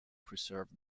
preserve